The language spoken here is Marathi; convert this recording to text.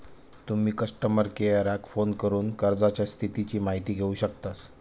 तुम्ही कस्टमर केयराक फोन करून कर्जाच्या स्थितीची माहिती घेउ शकतास